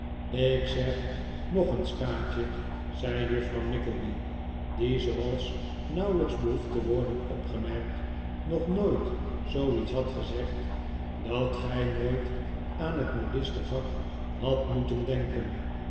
ik zeg nog eens kaatje zei juffrouw nickleby die zooals nauwelijks behoeft te worden opgemerkt nog nooit zooiets had gezegd dat gij nooit aan het modiste vak hadt moeten denken